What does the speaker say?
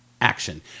action